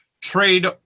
trade